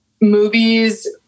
movies